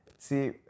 See